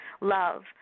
love